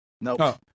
No